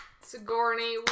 Sigourney